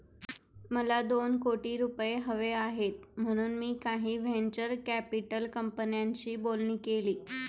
मला दोन कोटी रुपये हवे आहेत म्हणून मी काही व्हेंचर कॅपिटल कंपन्यांशी बोलणी केली